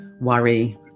worry